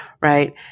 right